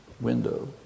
window